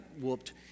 whooped